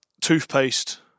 toothpaste